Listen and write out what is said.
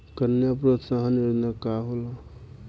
कन्या प्रोत्साहन योजना का होला?